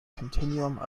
continuum